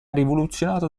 rivoluzionato